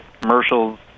commercials